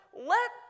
let